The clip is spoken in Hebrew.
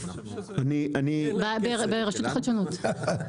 ברשות החדשנות.